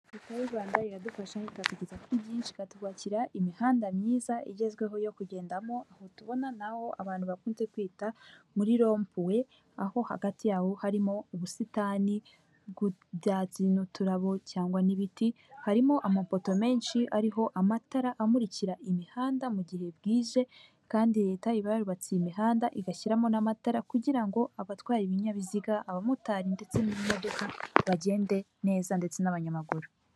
Leta y'u Rwanda iradukoresha ngo ikatugeza kuri byinshi ikatwubakira imihanda myiza igezweho yo kugendamo aho tubona naho abantu bakunze kwita muri lombuwe aho hagati yawo harimo ubusitani bw' ibyatsi n'uturabo cyangwa n'ibiti, harimo amapoto menshi ariho amatara amukira imihanda mu gihe bwije, kandi leta iba yubatse imihanda igashyiramo n'amatara kugira abatwa ibinyabiziga, abamotari ndetse n'imidoka bagende neza ndetse n'abanyamaguru.